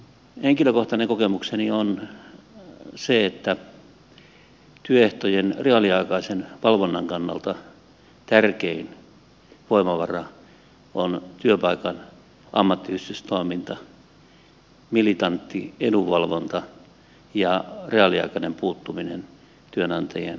henkilökohtainen kokemukseni on se että työehtojen reaaliaikaisen valvonnan kannalta tärkein voimavara on työpaikan ammattiyhdistystoiminta militantti edunvalvonta ja reaaliaikainen puuttuminen työantajien laiminlyönteihin